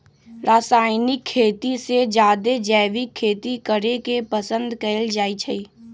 रासायनिक खेती से जादे जैविक खेती करे के पसंद कएल जाई छई